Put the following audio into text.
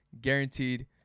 guaranteed